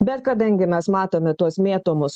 bet kadangi mes matome tuos mėtomus